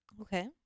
Okay